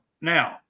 Now